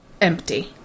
empty